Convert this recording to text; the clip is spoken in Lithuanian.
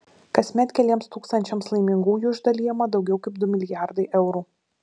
kasmet keliems tūkstančiams laimingųjų išdalijama daugiau kaip du milijardai eurų